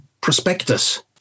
Prospectus